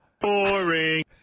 boring